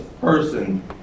person